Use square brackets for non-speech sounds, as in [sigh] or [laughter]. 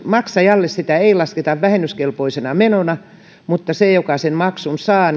maksajalle sitä ei lasketa vähennyskelpoisena menona mutta sille joka sen maksun saa [unintelligible]